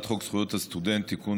זכויות הסטודנט (תיקון,